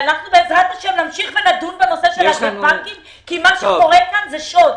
אנחנו בעזרת השם נמשיך ונדון בנושא של הבנקים כי מה שקורה כאן זה שוד.